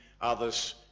others